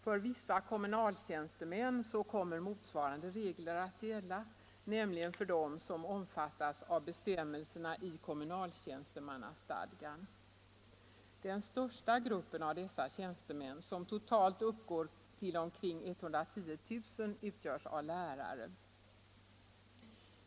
För vissa kommunaltjänstemän kommer motsvarande regler att gälla, nämligen för dem som omfattas av bestämmelserna i kommunaltjänstemannastadgan. Den största gruppen av dessa tjänstemän, som totalt uppgår till omkring 110 000, utgörs av lärare.